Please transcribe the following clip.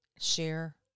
share